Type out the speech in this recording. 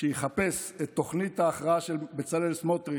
שיחפש את תוכנית ההכרעה של בצלאל סמוטריץ'